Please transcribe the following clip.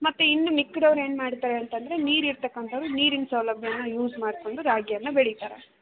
ಮತ್ತೆ ಇನ್ನೂ ಮಿಕ್ಕಿದವ್ರು ಏನು ಮಾಡ್ತಾರೆ ಅಂತಂದರೆ ನೀರಿರ್ತಕ್ಕಂತವ್ರು ನೀರಿನ ಸೌಲಭ್ಯನ ಯೂಸ್ ಮಾಡಿಕೊಂಡು ರಾಗಿಯನ್ನು ಬೆಳಿತಾರೆ